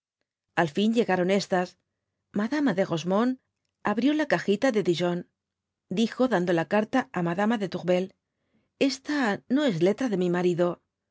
al fin llegaron estas madama de rosemonde abrió la cajita ce de dijon dijo dando la carta á madama de toiiryel esta c no es letra de mi marido